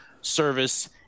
service